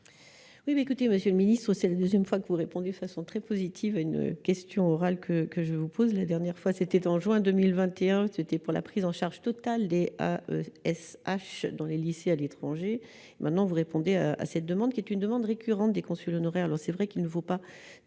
mais écoutez Monsieur le Ministre, c'est la 2ème fois qu'ont répondu de façon très positive à une question orale que que je vous pose la dernière fois c'était en juin 2021, c'était pour la prise en charge totale D. A. S. H dans les lycées à l'étranger, maintenant vous répondez à cette demande, qui est une demande récurrente des consuls honoraires alors c'est vrai qu'il ne faut pas